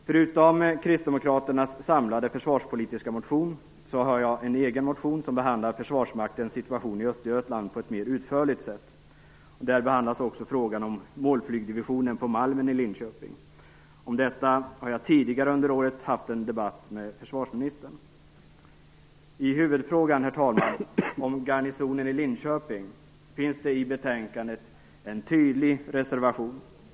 Förutom Kristdemokraternas samlade försvarspolitiska motion har jag en egen motion som behandlar Försvarsmaktens situation i Östergötland på ett mer utförligt sätt. Där behandlas också frågan om målflygdivisionen på Malmen i Linköping. Om detta har jag tidigare under året haft en debatt med försvarsministern. I huvudfrågan, herr talman, om garnisonen i Linköping finns det i betänkandet en tydlig reservation.